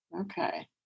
Okay